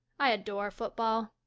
i adore football.